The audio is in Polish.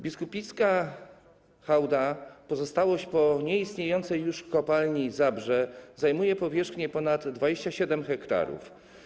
Biskupicka hałda, pozostałość po nieistniejącej już kopalni Zabrze, zajmuje powierzchnię ponad 27 ha.